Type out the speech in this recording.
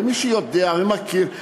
ומי שיודע ומכיר,